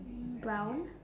mm brown